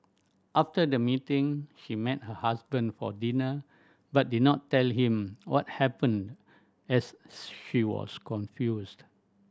after the meeting he met her husband for dinner but did not tell him what happened as she was confused